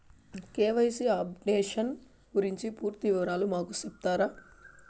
KYC updation గురించి పూర్తి వివరాలు మాకు సెప్తారా?